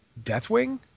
deathwing